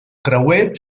creuer